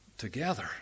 together